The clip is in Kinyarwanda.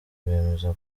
bemeza